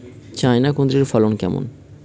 China কুঁদরীর ফলন কেমন?